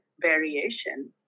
variation